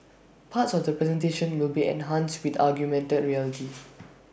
parts of the presentation will be enhanced with augmented reality